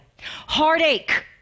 Heartache